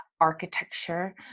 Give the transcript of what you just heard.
architecture